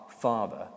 Father